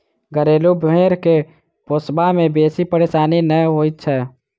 घरेलू भेंड़ के पोसबा मे बेसी परेशानी नै होइत छै